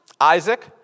Isaac